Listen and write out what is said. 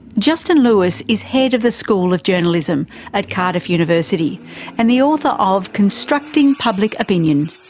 justin lewis is head of the school of journalism at cardiff university and the author of constructing public opinion.